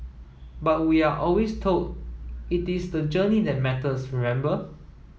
but we are always told it is the journey that matters remember